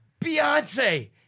Beyonce